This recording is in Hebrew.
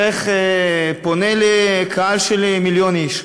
הזה פונה לקהל של בערך מיליון איש.